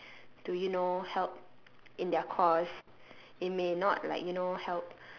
to you know help in their cause it may not like you know help